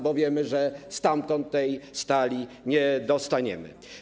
Bo wiemy, że stamtąd tej stali nie dostaniemy.